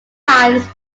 times